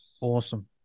Awesome